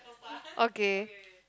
okay